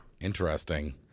Interesting